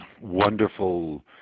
wonderful